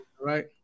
Right